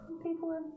people